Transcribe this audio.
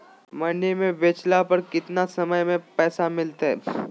मंडी में बेचला पर कितना समय में पैसा मिलतैय?